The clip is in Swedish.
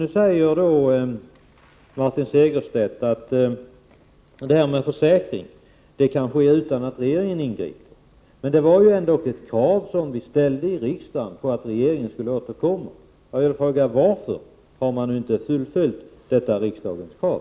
Nu säger Martin Segerstedt att kravet på försäkring kan tillgodoses utan att regeringen ingriper. Men riksdagen ställde ändå kravet att regeringen skulle återkomma med ett förslag i den riktningen. Varför har regeringen inte uppfyllt detta krav?